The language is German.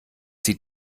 sieht